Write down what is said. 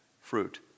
fruit